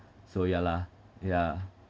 so ya lah yeah